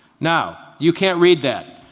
now. you can't read that.